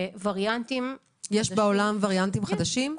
יש בעולם וריאנטים חדשים?